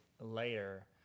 later